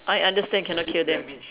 I understand cannot kill them